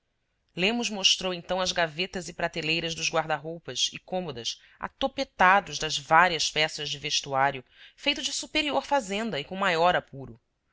lemos mostrou então as gavetas e prateleiras dos guarda roupas e cômodas atopetados das várias peças de vestuário feito de superior fazenda e com maior apuro